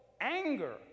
anger